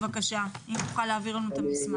אם תוכל להעביר אלינו את המסמך.